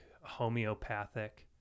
homeopathic